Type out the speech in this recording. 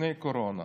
לפני הקורונה.